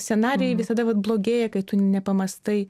scenarijai visada vat blogėja kai tu nepamąstai